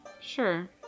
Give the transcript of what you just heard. Sure